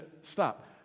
stop